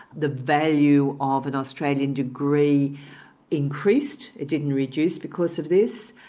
the value of an australian degree increased, it didn't reduce because of this,